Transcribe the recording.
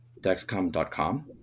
Dexcom.com